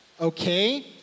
Okay